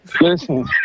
Listen